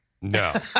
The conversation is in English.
No